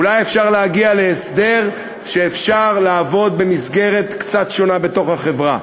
אולי אפשר להגיע להסדר שאפשר לעבוד במסגרת קצת שונה בתוך החברה.